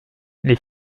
les